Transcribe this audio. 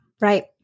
Right